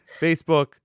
Facebook